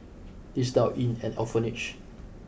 he's now in an orphanage